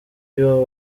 y’uwo